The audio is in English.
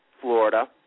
Florida